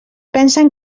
pensen